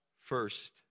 first